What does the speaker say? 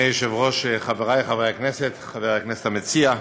היושב-ראש, חברי חברי הכנסת, חבר הכנסת המציע,